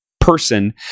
person